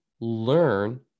learn